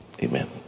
Amen